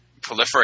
proliferate